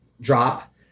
drop